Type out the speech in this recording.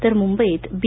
तर मुंबईत बी